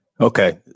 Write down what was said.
Okay